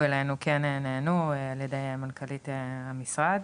אלינו כן נענו על ידי מנכ"לית המשרד,